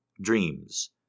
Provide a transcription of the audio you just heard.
Dreams